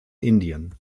indien